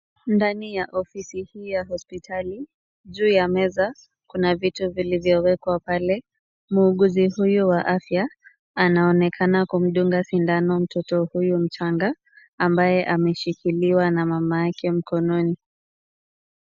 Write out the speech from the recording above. Ndani ya ofisi hii ya hospitali, juu ya meza, kuna vitu vilivyowekwa pale, muuguzi huyu wa afya, anaonekana kumdunga sindano mtoto huyu mchanga, ambaye ameshikiliwa na mama yake mkononi.